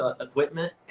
equipment